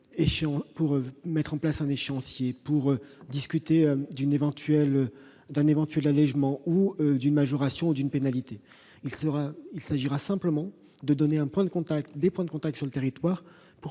pour mettre en place un échéancier, pour discuter d'un éventuel allégement ou de la majoration d'une pénalité. Il s'agit simplement d'avoir des points de contact sur le territoire pour